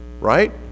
right